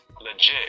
legit